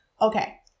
Okay